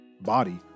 body